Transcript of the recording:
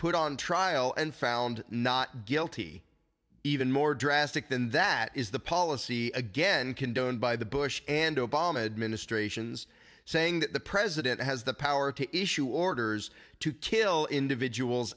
put on trial and found not guilty even more drastic than that is the policy again condoned by the bush and obama administrations saying that the president has the power to issue orders to kill individuals